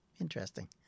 interesting